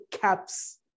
caps